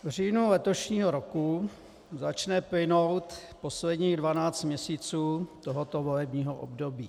V říjnu letošního roku začne plynout posledních dvanáct měsíců tohoto volebního období.